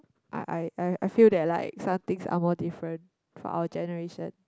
I I I feel that like some things are more different from our generation